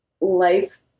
life